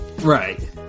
Right